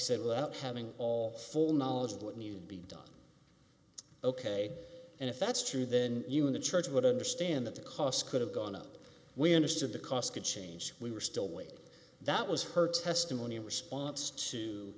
up having all full knowledge of what needed to be done ok and if that's true then even the church would understand that the cost could have gone up we understood the cost could change we were still waiting that was her testimony in response to